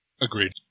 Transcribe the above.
Agreed